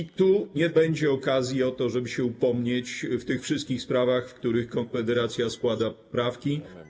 I tu nie będzie okazji do tego, żeby się upomnieć w tych wszystkich sprawach, w których Konfederacja składa poprawki.